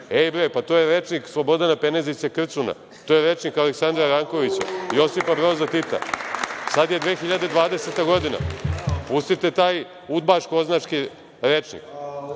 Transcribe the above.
bre, pa to je rečnik Slobodana Penezića Krcuna, to je rečnik Aleksandra Rankovića, Josipa Broza Tita. Sada je 2020. godina. Pustite taj udbaško-oznaški rečnik.